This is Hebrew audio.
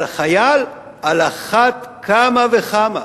על חייל, על אחת כמה וכמה.